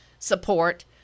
Support